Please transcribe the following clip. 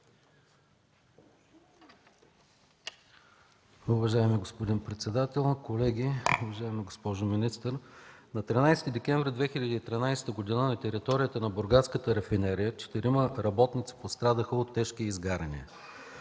Уважаеми господин председател, колеги, уважаема госпожо министър! На 13 декември 2013 г. на територията на бургаската рафинерия четирима работници пострадаха от тежки изгаряния.